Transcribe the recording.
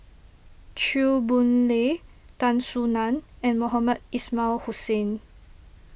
Chew Boon Lay Tan Soo Nan and Mohamed Ismail Hussain